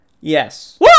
Yes